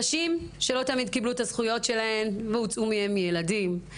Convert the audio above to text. נשים שלא תמיד קיבלו את הזכויות שלהן והוצאו מהן ילדים,